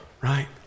right